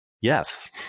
Yes